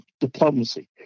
diplomacy